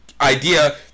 idea